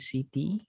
City